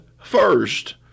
first